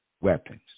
weapons